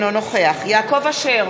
אינו נוכח יעקב אשר,